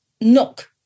knock